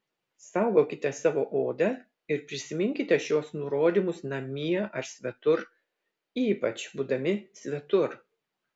saugokite savo odą ir prisiminkite šiuos nurodymus namie ar svetur ypač būdami svetur